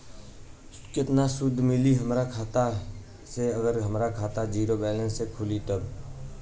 केतना सूद मिली हमरा अपना खाता से अगर हमार खाता ज़ीरो बैलेंस से खुली तब?